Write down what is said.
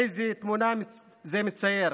איזו תמונה זה מצייר?